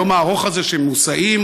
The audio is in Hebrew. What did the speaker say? היום הארוך הזה שהם מוסעים,